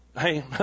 hey